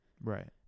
Right